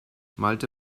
malte